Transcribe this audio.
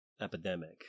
epidemic